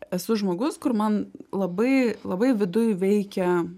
esu žmogus kur man labai labai viduj veikia